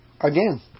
again